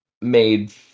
made